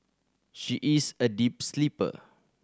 she is a deep sleeper